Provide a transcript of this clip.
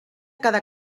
cada